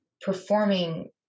performing